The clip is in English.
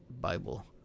bible